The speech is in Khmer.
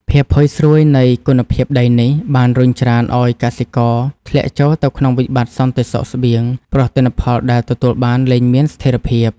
ភាពផុយស្រួយនៃគុណភាពដីនេះ បានរុញច្រានឱ្យកសិករធ្លាក់ចូលទៅក្នុងវិបត្តិសន្តិសុខស្បៀង ព្រោះទិន្នផលដែលទទួលបានលែងមានស្ថិរភាព។